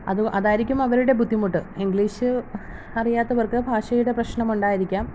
അത് അതായിരിക്കും അവരുടെ ബുദ്ധിമുട്ട് ഇംഗ്ലീഷ് അറിയാത്തവർക്ക് ഭാഷയുടെ പ്രശ്നമുണ്ടായിരിക്കാം